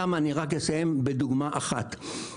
אסביר למה בזה שאסיים בדוגמה אחת: